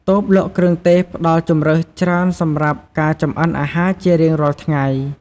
តូបលក់គ្រឿងទេសផ្តល់ជម្រើសច្រើនសម្រាប់ការចម្អិនអាហារជារៀងរាល់ថ្ងៃ។